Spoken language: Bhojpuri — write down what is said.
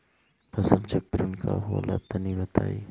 फसल चक्रण का होला तनि बताई?